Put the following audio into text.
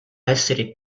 essere